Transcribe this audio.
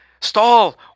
stall